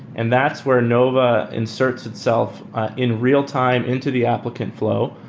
and that's where nova inserts itself in real-time into the applicant flow.